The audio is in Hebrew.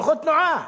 דוחות תנועה.